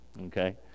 okay